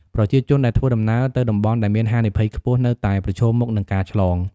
ប្រជាជនដែលធ្វើដំណើរទៅតំបន់ដែលមានហានិភ័យខ្ពស់នៅតែប្រឈមមុខនឹងការឆ្លង។